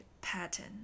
pattern